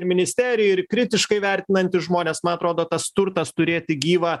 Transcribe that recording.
ir ministerija ir kritiškai vertinantys žmonės man atrodo tas turtas turėti gyvą